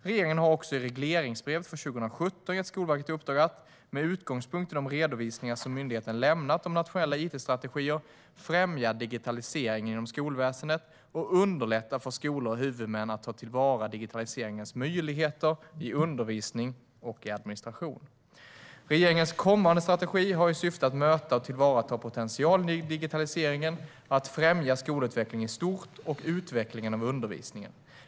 Regeringen har också i regleringsbrevet för 2017 gett Skolverket i uppdrag att, med utgångspunkt i de redovisningar som myndigheten lämnat om nationella it-strategier, främja digitaliseringen inom skolväsendet och underlätta för skolor och huvudmän att ta till vara digitaliseringens möjligheter i undervisning och i administration. Regeringens kommande strategi har som syfte att möta och tillvarata potentialen i digitaliseringen, främja skolutveckling i stort och främja utvecklingen av undervisningen.